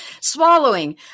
Swallowing